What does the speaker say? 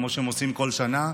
כמו שהם עושים כל שנה,